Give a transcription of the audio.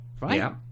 Right